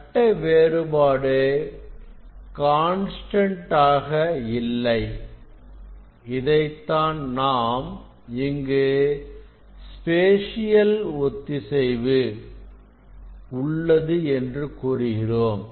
கட்ட வேறுபாடு கான்ஸ்டன்ட் ஆக இல்லை இதைத்தான் நாம் இங்கு ஸ்பேசியல் ஒத்திசைவு உள்ளது என்று கூறுகிறோம்